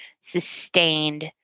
sustained